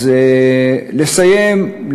אז לסיום,